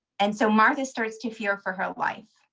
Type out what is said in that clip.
and so martha starts to fear for her life.